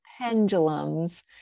pendulums